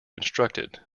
instructed